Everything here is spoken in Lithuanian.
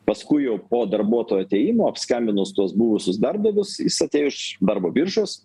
paskui jau po darbuotojo atėjimo apskambinus tuos buvusius darbdavius jis atėjo iš darbo biržos